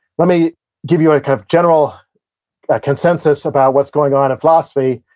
let me give you a kind of general consensus about what's going on in philosophy,